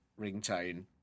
ringtone